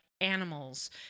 animals